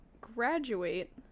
graduate